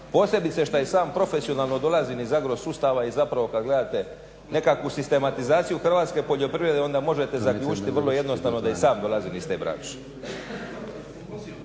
posebice što i sam profesionalno dolazim iz agro sustava i kada gledate nekakvu sistematizaciju hrvatske poljoprivrede onda možete zaključiti vrlo jednostavno da i sam dolazim iz te branše.